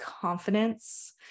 confidence